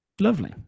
Lovely